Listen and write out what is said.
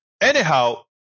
Anyhow